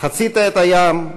חצית את הים,